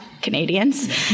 Canadians